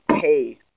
pay